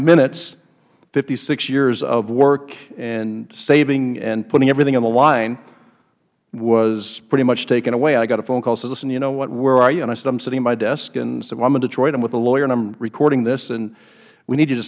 minutes fifty six years of work and saving and putting everything on the line was pretty much taken away i got a phone call said listen you know what where are you and i said i am sitting at my desk and said well i am in detroit i am with a lawyer and i am recording this and we need you to